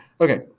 Okay